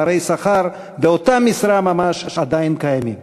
פערי שכר באותה משרה ממש עדיין קיימים.